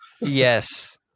Yes